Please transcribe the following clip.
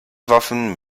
waffen